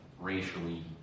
racially